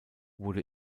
wurde